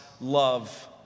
love